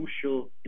crucial